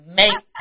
make